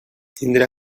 tindre